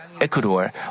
Ecuador